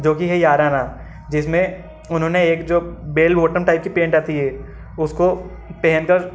जो कि है याराना जिसमें उन्होंने एक जो बेल बोटम टाइप की पेंट आती है उसको पहन कर